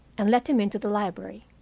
and let him into the library.